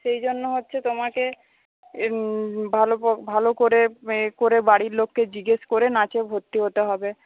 সেই জন্য হচ্ছে তোমাকে ভালো করে ভালো করে ইয়ে করে বাড়ির লোককে জিজ্ঞেস করে নাচে ভর্তি হতে হবে